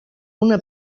una